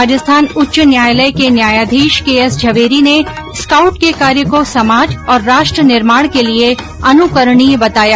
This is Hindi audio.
राजस्थान उच्च न्यायालय के न्यायाधीश के एस झवेरी ने स्काउट के कार्य को समाज और राष्ट्र निर्माण के लिये अनुकरणीय बताया